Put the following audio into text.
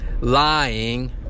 lying